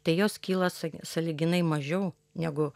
tai jos kyla sa sąlyginai mažiau negu